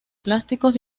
plásticos